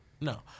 No